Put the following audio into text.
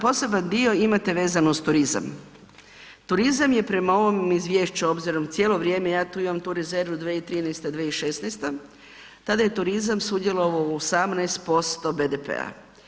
Poseban dio imate vezano uz turizam, turizam je prema ovom izvješću obzirom cijelo vrijeme ja tu imam tu rezervu 2013. – 2016. tada je turizam sudjelovao u 18% BDP-a.